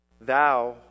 Thou